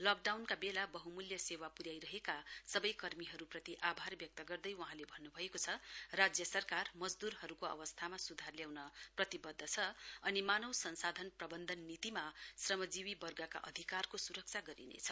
लकडाउनका बेला बहुमूल्य सेवा पुन्याइरहेका सबै कर्मीहरूप्रति आभार व्यक्त गर्दै वहाँले भन्नु भएको छ राज्य सरकार मजद्रहरूको अवस्थामा सुधार ल्याउन प्रतिबद्ध छ अनि मानव संसाधन प्रबन्धन नीतिमा श्रमजीवी वर्गका अधिकारको स्रक्षा गरिनेछ